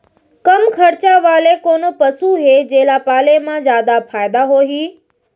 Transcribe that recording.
कम खरचा वाले कोन कोन पसु हे जेला पाले म जादा फायदा होही?